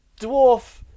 dwarf